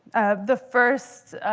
the first